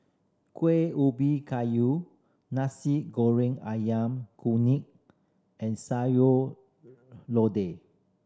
Kueh Ubi Kayu Nasi Goreng Ayam Kunyit and Sayur Lodeh